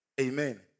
Amen